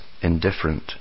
indifferent